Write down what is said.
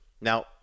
now